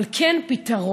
אבל כן פתרון.